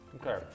Okay